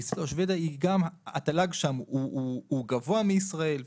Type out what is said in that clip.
התל"ג שם הוא גבוה מישראל,